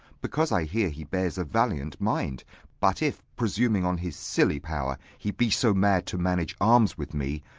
because i hear he bears a valiant mind but if, presuming on his silly power, he be so mad to manage arms with me,